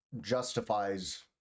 justifies